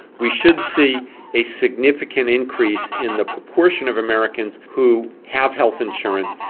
we should see a significant increase in the proportion of americans who have health insurance,